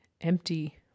empty